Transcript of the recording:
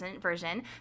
version